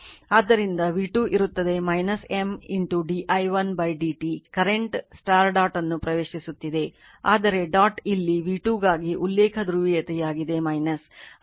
ಆದ್ದರಿಂದ v2 ಇರುತ್ತದೆ M d i1 dt current dot ಅನ್ನು ಪ್ರವೇಶಿಸುತ್ತಿದೆ ಆದರೆ ಡಾಟ್ ಇಲ್ಲಿ v2 ಗಾಗಿ ಉಲ್ಲೇಖ ಧ್ರುವೀಯತೆಯಾಗಿದೆ ಅಂದರೆ